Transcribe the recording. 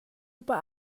pah